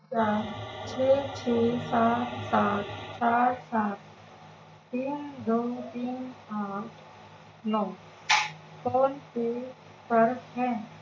کیا چھ چھ سات سات چار سات تین دو تین آٹھ نو فون پے پر ہے